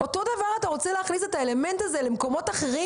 אז את האלמנט הזה אתה רוצה להכניס גם למקומות אחרים?